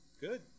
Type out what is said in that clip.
Good